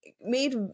made